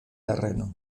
terreno